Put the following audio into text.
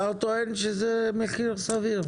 האוצר טוען שזה מחיר סביר.